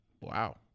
Wow